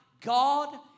God